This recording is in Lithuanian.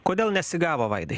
kodėl nesigavo vaidai